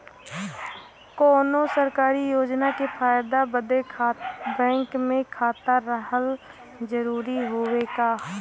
कौनो सरकारी योजना के फायदा बदे बैंक मे खाता रहल जरूरी हवे का?